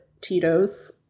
Tito's